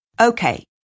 Okay